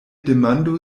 demandu